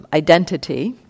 identity